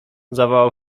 zawołał